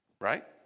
right